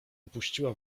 opuściła